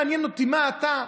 מעניין אותי מה אתה,